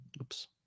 Oops